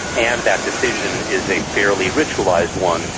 and that decision is a fairly ritualised one,